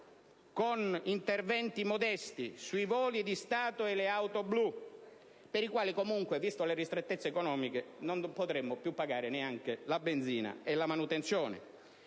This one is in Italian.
con interventi modesti sui voli di Stato e le auto blu - per i quali, comunque, viste le ristrettezze economiche, non potremo più pagare neanche la benzina e la manutenzione